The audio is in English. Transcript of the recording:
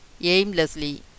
aimlessly